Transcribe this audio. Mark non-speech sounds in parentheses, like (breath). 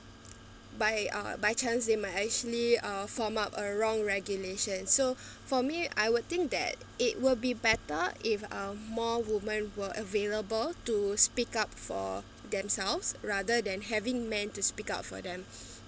by uh by chance you might actually uh form up a wrong regulation so (breath) for me I would think that it will be better if um more women will available to speak up for themselves rather than having men to speak up for them (breath)